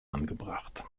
angebracht